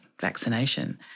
vaccination